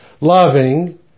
Loving